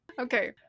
Okay